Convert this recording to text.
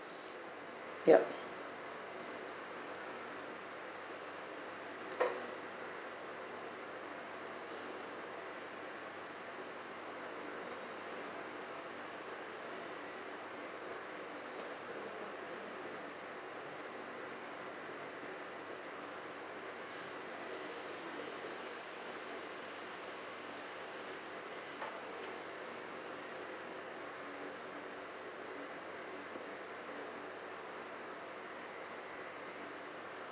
ya